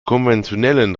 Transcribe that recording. konventionellen